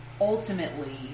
ultimately